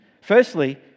firstly